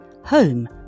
Home